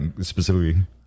specifically